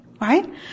Right